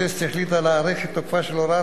הכנסת החליטה להאריך את תוקפה של הוראת